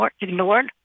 Ignored